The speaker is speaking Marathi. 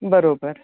बरोबर